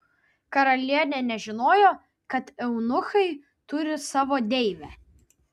karalienė nežinojo kad eunuchai turi savo deivę